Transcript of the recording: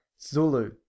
Zulu